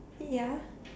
ya